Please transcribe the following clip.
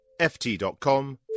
ft.com